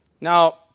Now